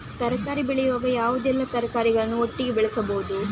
ತರಕಾರಿ ಬೆಳೆಯುವಾಗ ಯಾವುದೆಲ್ಲ ತರಕಾರಿಗಳನ್ನು ಒಟ್ಟಿಗೆ ಬೆಳೆಸಬಹುದು?